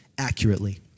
accurately